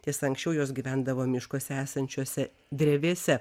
tiesa anksčiau jos gyvendavo miškuose esančiose drevėse